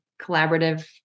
collaborative